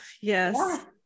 yes